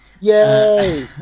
Yay